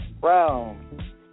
Brown